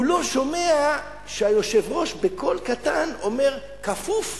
הוא לא שומע שהיושב-ראש בקול קטן אומר: כפוף